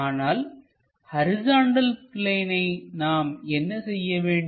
ஆனால் ஹரிசாண்டல் பிளேனை நாம் என்ன செய்ய வேண்டும்